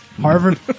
Harvard